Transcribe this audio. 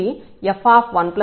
x1 వద్ద ఇది f1x f1 అవుతుంది